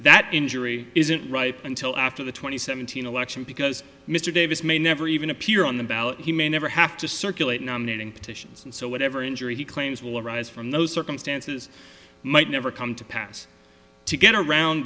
that injury isn't ripe until after the twenty seven thousand election because mr davis may never even appear on the ballot he may never have to circulate nominating petitions so whatever injury he claims will arise from those circumstances might never come to pass to get around